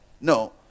No